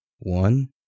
One